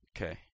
Okay